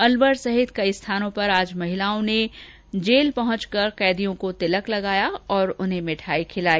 अलवर सहित कई स्थानों पर आज महिलाओं ने जेल पहुंचकर कैदियों को तिलक लगाया और उन्हें मिठाई खिलाई